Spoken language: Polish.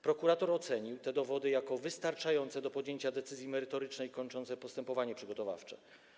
Prokurator ocenił te dowody jako wystarczające do podjęcia decyzji merytorycznej kończącej postępowanie przygotowawcze.